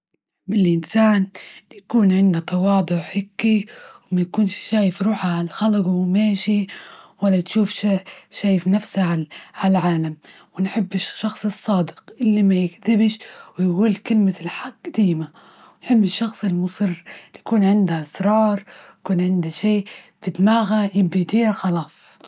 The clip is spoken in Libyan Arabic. بحب الإنسان يكون عنا تواضع هيكي ، وما يكونش شايف روحه عالخلق وهو ماشي ولا تشوف شايف نفسها هالعالم ، ونحب الشخص الصادق اللي ما يكدبش ويقول كلمة الحق ديما يحب الشخص المصر يكون عنده إصرار يكون عنده شي في دماغه خلاص.